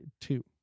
two